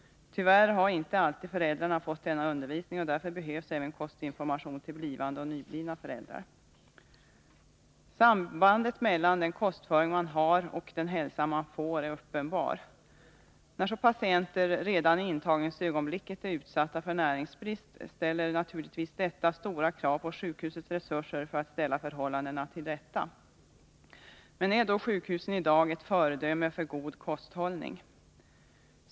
Tyvärr har inte alltid föräldrarna fått denna undervisning, och därför behövs även kostinformation till blivande och nyblivna föräldrar. Sambandet mellan den kostföring man har och den hälsa man får är uppenbar. När så patienter redan i intagningsögonblicket är utsatta för näringsbrist reser naturligtvis detta stora krav på sjukhusets resurser för att ställa förhållandena till rätta. Men är då sjukhusen i dag ett föredöme för god kosthållning?